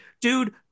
dude